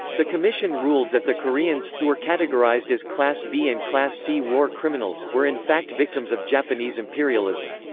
the commission ruled that the koreans, who were categorized as class b and class c war criminals, were in fact victims of japanese imperialism.